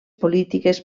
polítiques